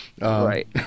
Right